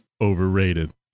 overrated